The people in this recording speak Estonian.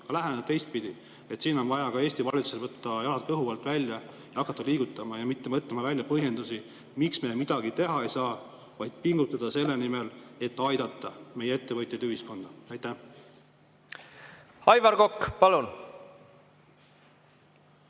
läheneda teistpidi. Siin on vaja Eesti valitsusel võtta jalad kõhu alt välja ja hakata liigutama. Ei tule mitte mõelda välja põhjendusi, miks me midagi teha ei saa, vaid tuleb pingutada selle nimel, et aidata meie ettevõtjaid ja ühiskonda. Aitäh!